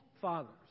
fathers